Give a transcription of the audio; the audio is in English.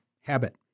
habit